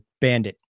bandit